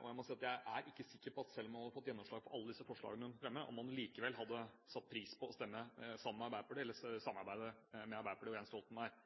Jeg må si at jeg er ikke sikker på at selv om hun hadde fått gjennomslag for alle disse forslagene hun har fremmet, ville hun likevel satt pris på å stemme sammen med Arbeiderpartiet eller samarbeide med Arbeiderpartiet og Jens Stoltenberg.